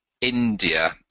India